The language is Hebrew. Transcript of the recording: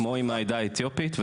כמו עם העדה האתיופית.